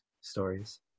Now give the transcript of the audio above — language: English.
stories